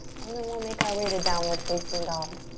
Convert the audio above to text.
and then we'll make our way to downward facing dog.